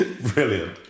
Brilliant